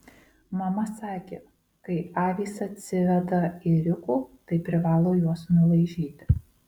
mama sakė kai avys atsiveda ėriukų tai privalo juos nulaižyti